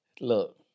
Look